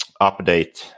update